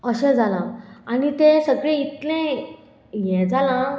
अशें जालां आनी तें सगळें इतलें यें जालां